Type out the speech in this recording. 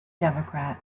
democrat